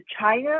China